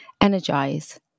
energize